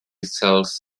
sells